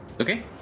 Okay